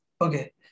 Okay